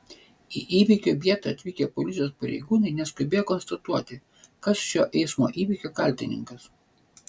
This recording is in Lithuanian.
į įvykio vietą atvykę policijos pareigūnai neskubėjo konstatuoti kas šio eismo įvykio kaltininkas